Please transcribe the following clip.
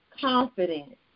confident